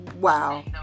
Wow